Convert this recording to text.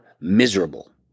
miserable